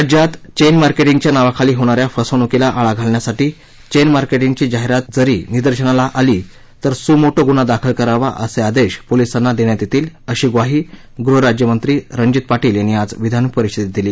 राज्यात चेन मार्केटिंगच्या नावाखाली होणाऱ्या फसवणुकीला आळा घालण्यासाठी चेन मार्केटिंगची जाहिरात जरी निदर्शनाला आली तर सू मोटो गून्हा दाखल करावा असे आदेश पोलिसांना देण्यात येतील अशी ग्वाही गृहराज्यमंत्री रणजित पाटील यांनी आज विधानपरिषदेत दिली